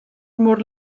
môr